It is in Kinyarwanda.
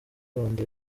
rwanda